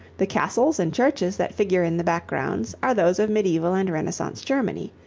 the castles and churches that figure in the backgrounds are those of mediaeval and renaissance germany.